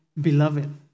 Beloved